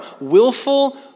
willful